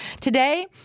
today